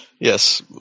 Yes